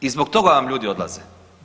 I zbog toga vam ljudi odlaze.